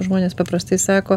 žmonės paprastai sako